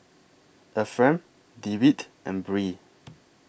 Efrem Dewitt and Brea